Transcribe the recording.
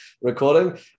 recording